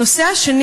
הנושא השני: